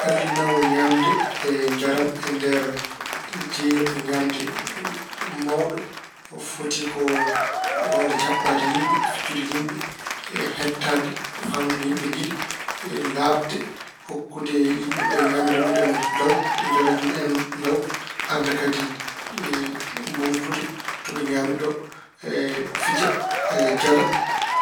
Ɓallinoowo ñaamde e njaram e nder jeeyirɗo ñaamde mawɗo foti ko waawde jaɓɓaaade yimɓe, fijjude e yimɓe e heɗtaade, faamde ko yimɓe njiɗi e laaɓde, hokku yimɓe ñaamde mun en law, njaram mun en law, arde kadi moomtude to ɓe ñaami ɗo e fija e jala,